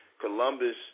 Columbus